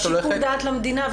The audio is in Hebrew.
שיקול דעת למדינה,